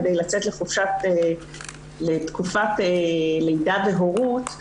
כדי לצאת לתקופת לידה והורות,